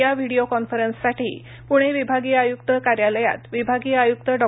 या व्हिडीओ कॉन्फरन्ससाठी पुणे विभागीय आयुक्त कार्यालयात विभागीय आयुक्त डॉ